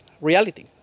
Reality